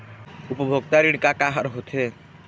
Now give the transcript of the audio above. उपभोक्ता ऋण का का हर होथे?